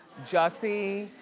jussie,